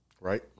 Right